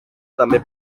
també